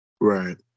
Right